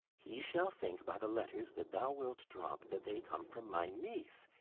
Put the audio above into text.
he shall think, by the letters that thou wilt drop, that they come from my niece,